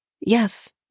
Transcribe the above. yes